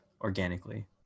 organically